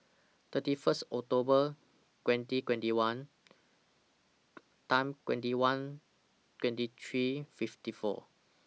thirty First October twenty twenty one Time twenty one twenty three fifty four